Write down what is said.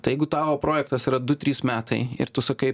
tai jeigu tavo projektas yra du trys metai ir tu sakai